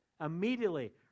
Immediately